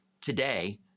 today